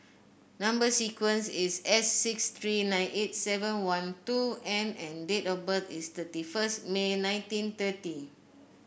number sequence is S six three nine eight seven one two N and date of birth is thirty first May nineteen thirty